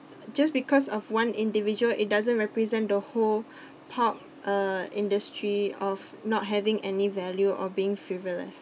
just because of one individual it doesn't represent the whole pop uh industry of not having any value or being frivolous